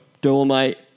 Dolomite